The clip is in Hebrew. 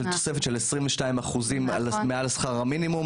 שממתינות לתוספת של 22% מעל שכר המינימום.